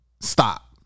stop